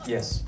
Yes